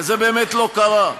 וזה באמת לא קרה.